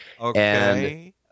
Okay